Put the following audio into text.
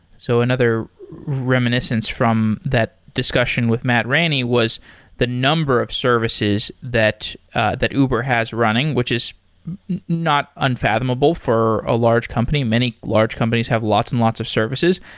so another reminiscence from that discussion with matt ranney was the number of services that ah that uber has running, which is not unfathomable for a large company. many large companies have lots and lots of services.